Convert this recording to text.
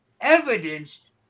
evidenced